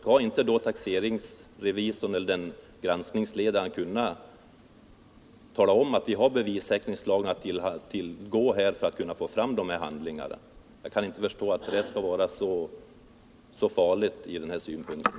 Skall då inte taxeringsrevisorn eller granskningsledaren kunna tala om, att man har bevissäkringslagen att tillgå för att kunna få fram handlingarna? Jag kan inte förstå att detta skall vara så farligt ur den här synpunkten.